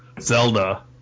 Zelda